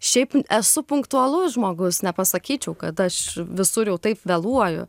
šiaip esu punktualus žmogus nepasakyčiau kad aš visur jau taip vėluoju